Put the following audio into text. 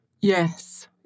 Yes